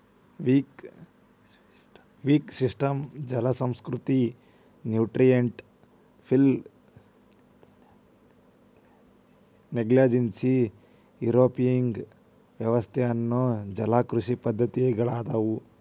wick system ಜಲಸಂಸ್ಕೃತಿ, nutrient film technology, aeroponic ವ್ಯವಸ್ಥೆ ಅನ್ನೋ ಜಲಕೃಷಿ ಪದ್ದತಿಗಳದಾವು